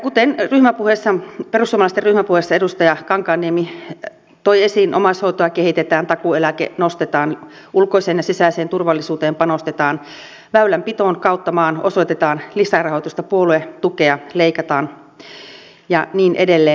kuten perussuomalaisten ryhmäpuheessa edustaja kankaanniemi toi esiin omaishoitoa kehitetään takuueläke nostetaan ulkoiseen ja sisäiseen turvallisuuteen panostetaan väylänpitoon kautta maan osoitetaan lisärahoitusta puoluetukea leikataan ja niin edelleen